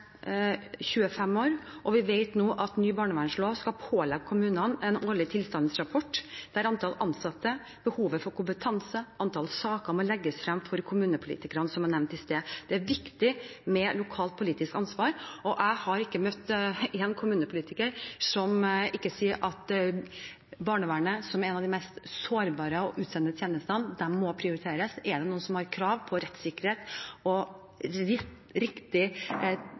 25 år, og vi vet nå at ny barnevernlov skal pålegge kommunene en årlig tilstandsrapport der antall ansatte, behovet for kompetanse og antall saker må legges frem for kommunepolitikerne, som jeg nevnte i sted. Det er viktig med lokalt politisk ansvar, og jeg har ikke møtt én kommunepolitiker som ikke sier at barnevernet, som er en av de mest sårbare og utsatte tjenestene, må prioriteres. Er det noen som har krav på rettssikkerhet og riktig